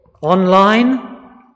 Online